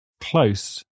close